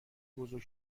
بزرگ